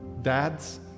Dads